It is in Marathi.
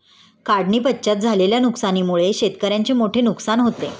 काढणीपश्चात झालेल्या नुकसानीमुळे शेतकऱ्याचे मोठे नुकसान होते